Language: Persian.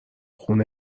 خون